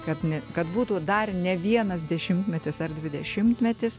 kad ne kad būtų dar ne vienas dešimtmetis ar dvidešimtmetis